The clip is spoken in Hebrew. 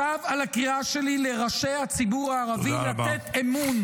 שב על הקריאה שלי לראשי הציבור הערבי לתת אמון